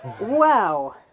Wow